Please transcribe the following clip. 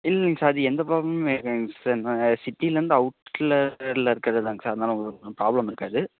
இல்லைங்க சார் அது எந்த ப்ராப்ளமுமே இல்லைங்க சார் நான் சிட்டியிலந்து அவுட்டரில் இருக்கிறதுதாங்க சார் அதனால உங்களுக்கு ஒன்றும் ப்ராப்ளம் இருக்காது